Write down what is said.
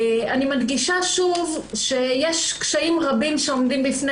אני מדגישה שוב שיש קשיים רבים שעומדים בפני